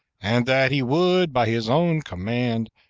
and that he would, by his own command,